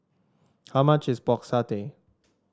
how much is Pork Satay